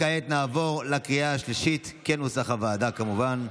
כעת נעבור לקריאה השלישית, כנוסח הוועדה, כמובן,